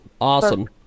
awesome